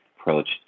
approach